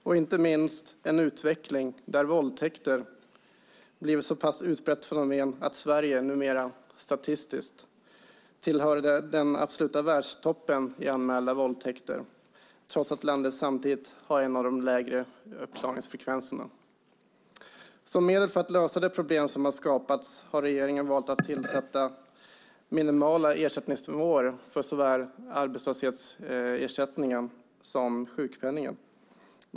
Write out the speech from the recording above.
Och inte minst en utveckling där våldtäkter blivit ett så pass utbrett fenomen att Sverige numera statistiskt tillhör den absoluta världstoppen i anmälda våldtäkter, trots att landet samtidigt har en av de lägre uppklarningsfrekvenserna. Som medel för att lösa de problem som har skapats har regeringen valt att införa minimala ersättningsnivåer för både arbetslöshetsförsäkring och sjukpenningen.